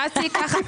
באתי ככה.